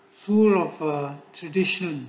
full of a tradition